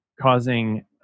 causing